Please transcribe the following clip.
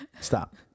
Stop